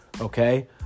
Okay